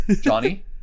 Johnny